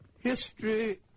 History